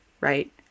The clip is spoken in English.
right